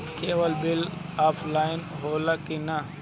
Cable के bill offline होला कि ना?